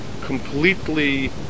completely